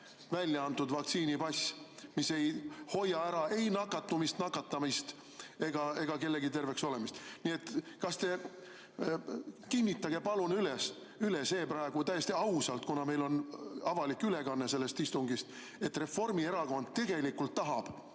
välja antud vaktsiinipass, mis ei hoia ära ei nakatumist, nakatamist ega [taga] kellegi terve olemist. Nii et kinnitage palun praegu täiesti ausalt, kuna meil on avalik ülekanne sellest istungist, et Reformierakond tahab